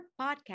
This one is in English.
podcast